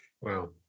wow